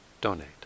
donate